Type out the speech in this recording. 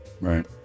Right